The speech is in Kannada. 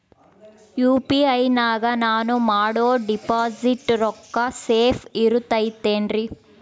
ಯು.ಪಿ.ಐ ನಾಗ ನಾನು ಮಾಡೋ ಡಿಪಾಸಿಟ್ ರೊಕ್ಕ ಸೇಫ್ ಇರುತೈತೇನ್ರಿ?